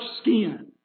skin